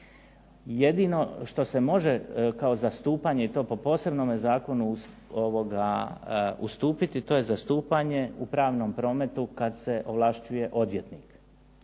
Jedino što se može kao zastupanje i to po posebnome zakonu ustupiti to je zastupanje u pravnom prometu kada se ovlašćuje odvjetnik.